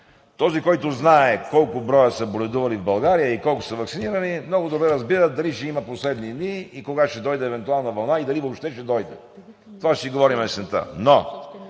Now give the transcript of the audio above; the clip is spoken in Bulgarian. този, който знае колко броя са боледували в България и колко са ваксинирани, много добре разбира дали ще има последни дни, кога ще дойде евентуална вълна и дали въобще ще дойде. Това ще си говорим есента. Но